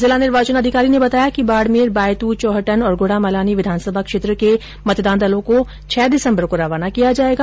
जिला निर्वाचन अधिकारी ने बताया कि बाडमेर बायतू चौहटन और गुढामलानी विधानसभा क्षेत्र के मतदान दलों को छह दिसम्बर को रवाना किया जायेगा